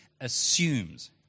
assumes